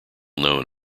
known